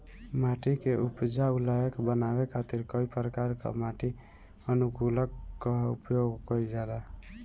माटी के उपजाऊ लायक बनावे खातिर कई प्रकार कअ माटी अनुकूलक कअ उपयोग कइल जाला